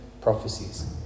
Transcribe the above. prophecies